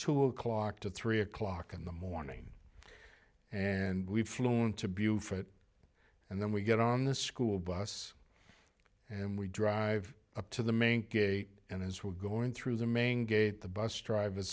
two o'clock to three o'clock in the morning and we've flown to buf it and then we get on the school bus and we drive up to the main gate and as we're going through the main gate the bus driver